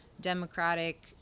democratic